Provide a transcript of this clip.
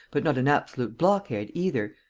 but not an absolute blockhead either,